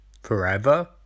forever